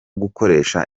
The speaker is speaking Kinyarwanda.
gukoresha